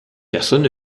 personne